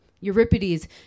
Euripides